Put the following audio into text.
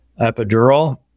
epidural